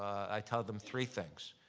i tell them three things.